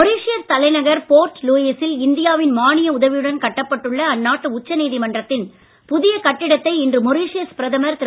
Mauritius தலைநகர் Port Louis ஸில் India வின் மானிய உதவியுடன் கட்டப்பட்டுள்ள அந்நாட்டு உச்ச நீதிமன்றத்தின் புதிய கட்டிடத்தை இன்று மொரீஷியஸ் பிரதமர் திரு